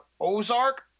Ozark